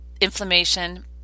inflammation